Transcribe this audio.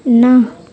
ନା